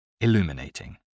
Illuminating